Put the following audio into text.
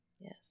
yes